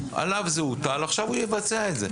עליו זה הוטל, עכשיו הוא יבצע את זה.